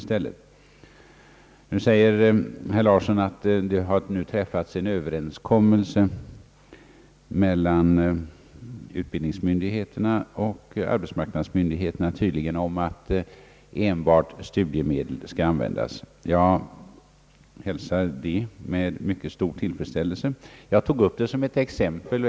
Herr Larsson framhåller nu att det träffats en överenskommelse mellan utbildningsoch arbetsmarknadsmyndigheterna, tydligen om att enbart studiemedel skall utgå. Jag hälsar detta med mycket stor tillfredsställelse. Jag tog upp frågan såsom ett exempel.